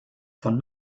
von